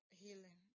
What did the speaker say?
healing